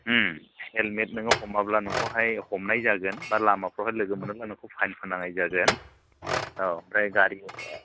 ओम helmet नोङो हमाब्ला नोंखौहाय हमनाय जागोन एबा लामाफ्राव नौंखौ लोगो मोनोब्ला फाइन फोनांनाय जागोन औ ओमफ्राय गारि